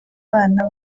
abana